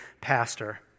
pastor